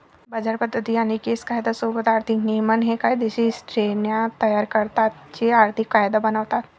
बाजार पद्धती आणि केस कायदा सोबत आर्थिक नियमन हे कायदेशीर श्रेण्या तयार करतात जे आर्थिक कायदा बनवतात